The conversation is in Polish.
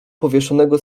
powieszonego